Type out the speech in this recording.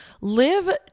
Live